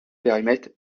périmètre